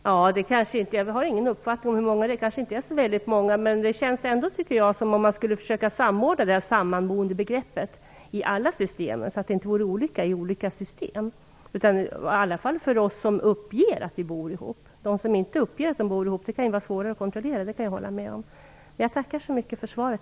Herr talman! Jag har ingen uppfattning om hur många det är fråga om. Det kanske inte är så väldigt många. Men jag tycker ändå att det känns som om man borde samordna det här sammanboendebegreppet i alla system, så att det inte är olika i olika system, i alla fall för oss som uppger att vi bor ihop. Det kan vara svårare att kontrollera dem som inte uppger att de bor ihop, det kan jag hålla med om. Jag tackar än en gång så mycket för svaret.